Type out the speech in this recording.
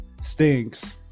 stinks